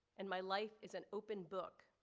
and my life is an open book.